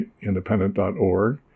independent.org